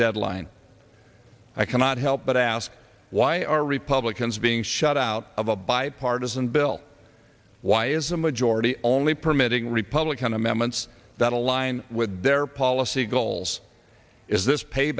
deadline i cannot help but ask why are republicans being shut out of a bipartisan bill why is the majority only permitting republican amendments that align with their policy goals is this pay